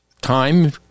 time